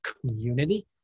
community